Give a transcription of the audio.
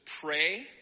pray